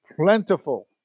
plentiful